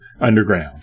underground